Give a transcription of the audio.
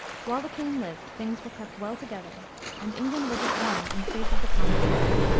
while the queen lived things were kept well together and england was at one in face of the common foe.